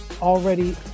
already